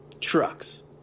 Trucks